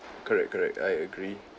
correct correct I agree